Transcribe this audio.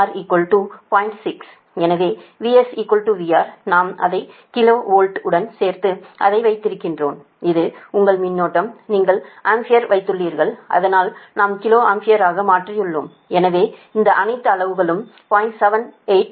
எனவே VS VR நாம் அதை கிலோ வோல்ட் உடன் சேர்த்து இதை வைத்திருக்கிறோம் இது உங்கள் மின்னோட்டம் நீங்கள் ஆம்பியரில் வைத்துள்ளீர்கள் அதனால் நாம் கிலோ ஆம்பியராக மாற்றியுள்ளோம் எனவே இந்த அனைத்து அளவுகளும் 0